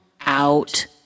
out